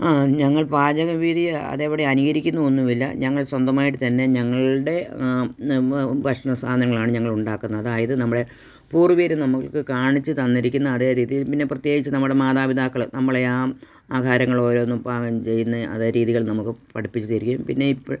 ആ ഞങ്ങൾ പാചക വീഡിയോ അതേപാടെ അനുകരിക്കുന്നൊന്നുമില്ല ഞങ്ങൾ സ്വന്തമായിട്ട് തന്നെ ഞങ്ങളുടെ ഭക്ഷണ സാധനങ്ങളാണ് ഞങ്ങള് ഉണ്ടാക്കുന്നത് അതായത് നമ്മുടെ പൂർവ്വികര് നമുക്ക് കാണിച്ച് തന്നിരിക്കുന്ന അതേ രീതിയിൽ പിന്നെ പ്രത്യേകിച്ച് നമ്മുടെ മാതാപിതാക്കള് നമ്മളെ ആ ആഹാരങ്ങള് ഓരോന്നും പാകം ചെയ്യുന്ന അതേ രീതികൾ നമുക്ക് പഠിപ്പിച്ച് തരികയും പിന്നെ ഇപ്പം